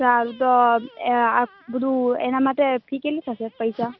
સારું તો આ બધુ એના માટે ફી કેટલી થસે પૈસા